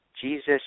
Jesus